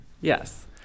Yes